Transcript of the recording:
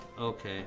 Okay